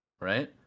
right